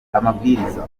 amabwiriza